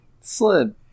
Slim